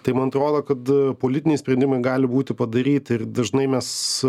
tai man atrodo kad politiniai sprendimai gali būti padaryti ir dažnai mes